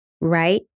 Right